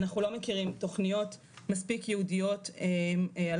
אנחנו לא מכירים תכניות מספיק ייעודיות על